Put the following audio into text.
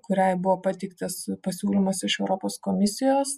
kuriai buvo pateiktas pasiūlymas iš europos komisijos